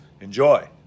Enjoy